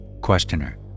Questioner